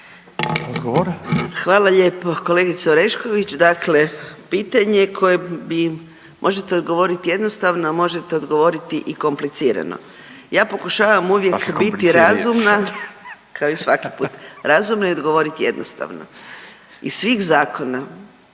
Hvala lijepo kolegice Orešković. Dakle, pitanje koje bi možete odgovorit jednostavno, a možete odgovoriti i komplicirano. …/Upadica se ne razumije./… Ja pokušavam biti uvijek razumna, kao i svaka put i odgovorit jednostavno. Iz svih zakona,